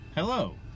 Hello